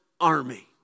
army